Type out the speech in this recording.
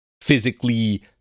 physically